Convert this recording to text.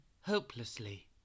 hopelessly